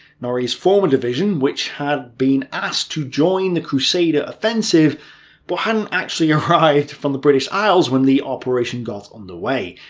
norrie's former division, which had been asked to join the crusader offensive but hadn't actually arrived from the british isles when the operation got um under way.